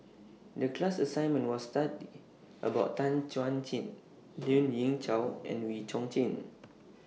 The class assignment was study about Tan Chuan Jin Lien Ying Chow and Wee Chong Jin